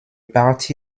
parti